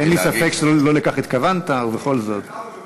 אין לי ספק שלא לכך התכוונת, ובכל זאת.